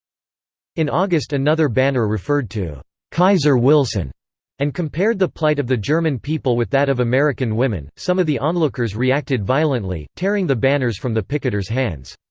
in august another banner referred to kaiser wilson and compared the plight of the german people with that of american women some of the onlookers reacted violently, tearing the banners from the picketers' hands.